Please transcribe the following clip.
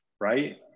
right